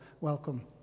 welcome